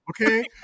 Okay